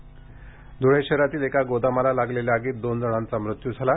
गोदामाला आग धुळे शहरातील एका गोदामाला लागलेल्या आगीत दोन जणांचा मृत्यू झाला